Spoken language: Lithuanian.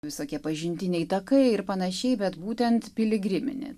visokie pažintiniai takai ir pan bet būtent piligriminė